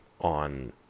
on